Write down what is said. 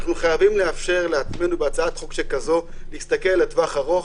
אנחנו חייבים לאפשר לעצמנו בהצעת חוק כזאת להסתכל לטווח ארוך,